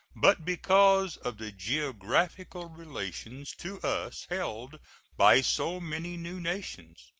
but because of the geographical relations to us held by so many new nations,